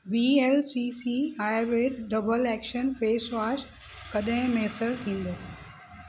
V L C C Ayurveda double action wash कॾहिं मुयसरु थींदो